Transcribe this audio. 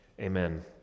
Amen